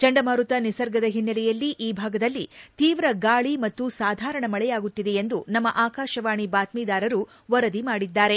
ಚಂಡಮಾರುತ ನಿಸರ್ಗದ ಒನ್ನೆಲೆಯಲ್ಲಿ ಈ ಭಾಗದಲ್ಲಿ ತೀವ್ರ ಗಾಳಿ ಮತ್ತು ಸಾಧಾರಣ ಮಳೆಯಾಗುತ್ತಿದೆ ಎಂದು ನಮ್ಮ ಆಕಾಶವಾಣಿ ಬಾತ್ಮೀದಾರರು ವರದಿ ಮಾಡಿದ್ದಾರೆ